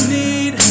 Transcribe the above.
need